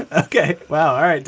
ah ok. wow. all right,